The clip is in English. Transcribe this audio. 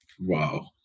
Wow